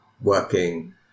working